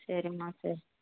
சரிம்மா சரி